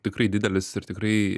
tikrai didelis ir tikrai